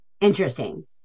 interesting